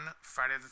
Friday